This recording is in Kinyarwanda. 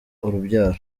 urubyaro